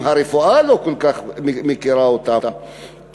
אם הרפואה לא כל כך מכירה אותם טוב,